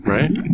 Right